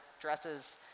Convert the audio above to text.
dresses